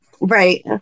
Right